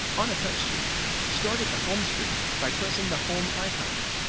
on a touchscreen, start at the home screen by pressing the home icon.